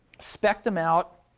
specced them out.